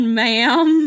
ma'am